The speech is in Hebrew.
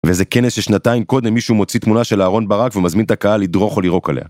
וזה כנס ששנתיים קודם מישהו מוציא תמונה של אהרון ברק ומזמין את הקהל לדרוך או לירוק עליה.